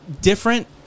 different